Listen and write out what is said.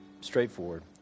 straightforward